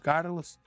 Carlos